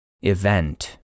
Event